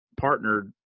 partnered